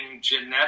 genetic